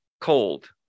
cold